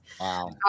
Wow